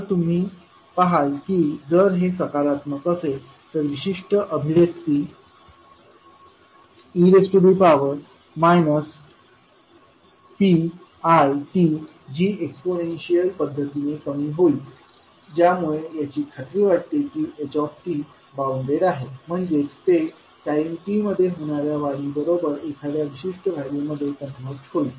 तर तुम्ही पहाल की जर हे सकारात्मक असेल तर ही विशिष्ट अभिव्यक्ती e pit जी एक्सपोनेन्शियल पद्धतीने कमी होईल ज्यामुळे याची खात्री वाटते की h बाउन्डेड आहे म्हणजे ते टाईम t मध्ये होणाऱ्या वाढीबरोबर एखाद्या विशिष्ट व्हॅल्यू मध्ये कन्वर्ज होईल